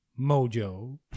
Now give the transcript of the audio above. mojo